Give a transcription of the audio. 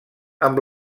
amb